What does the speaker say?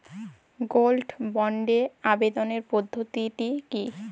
Gold বন্ডে আবেদনের পদ্ধতিটি কি?